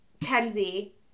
Kenzie